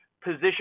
position